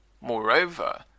Moreover